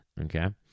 okay